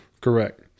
Correct